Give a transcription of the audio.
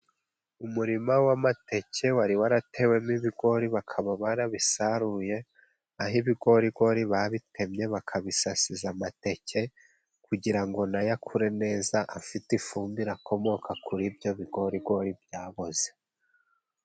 Umurima w'amateke wari waratewemo ibigori bakaba barabisaruye. Aho ibigorigori babitemye bakabisasiza amateke kugira ngo na yo akure neza, afite ifumbire akomora kuri ibyo bigorigori byaboze.